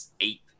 eight